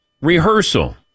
rehearsal